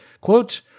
quote